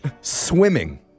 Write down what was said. swimming